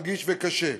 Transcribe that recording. רגיש וקשה.